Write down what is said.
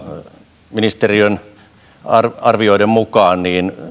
kesken mutta ministeriön arvioiden mukaan